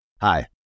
Hi